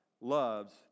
loves